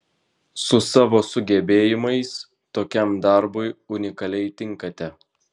su savo sugebėjimais tokiam darbui unikaliai tinkate